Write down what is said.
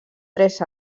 tres